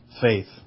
faith